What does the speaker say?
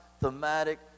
thematic